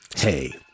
Hey